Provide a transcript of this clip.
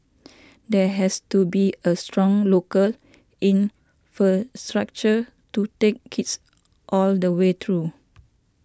there has to be a strong local infrastructure to take kids all the way through